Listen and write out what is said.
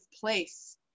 place